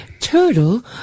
Turtle